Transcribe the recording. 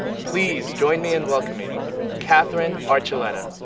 please join me in welcoming katherine archuleta.